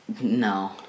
No